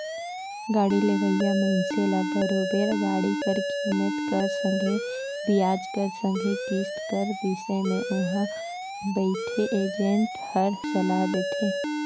गाड़ी लेहोइया मइनसे ल बरोबेर गाड़ी कर कीमेत कर संघे बियाज कर संघे किस्त कर बिसे में उहां बइथे एजेंट हर सलाव देथे